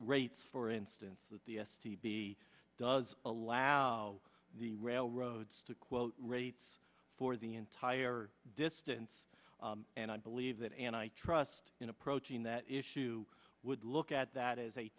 rates for instance with the s t b does allow the railroads to quote rates for the entire distance and i believe that and i trust in approaching that issue would look that that is a